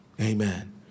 Amen